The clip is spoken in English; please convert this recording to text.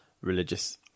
religious